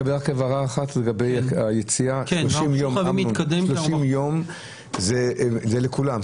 הבהרה אחת לגבי היציאה, 30 ימים זה לכולם?